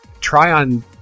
Tryon